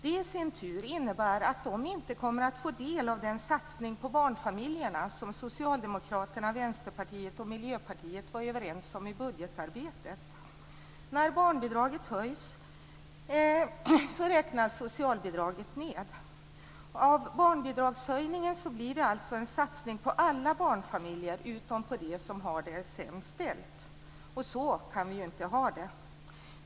Det i sin tur innebär att de inte kommer att få del av den satsning på barnfamiljerna som Socialdemokraterna, Vänsterpartiet och Miljöpartiet var överens om i budgetarbetet. När barnbidraget höjs räknas socialbidraget ned. Av barnbidragshöjningen blir det alltså en satsning på alla barnfamiljer utom på dem som har det sämst ställt. Så kan vi inte ha det.